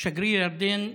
שגריר ירדן,